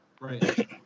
Right